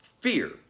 fear